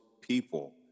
people